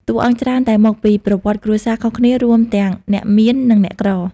តួអង្គច្រើនតែមកពី ប្រវត្តិគ្រួសារ ខុសគ្នា រួមទាំងអ្នកមាននិងអ្នកក្រ។